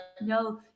no